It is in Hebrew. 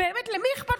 באמת, למי אכפת?